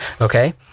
Okay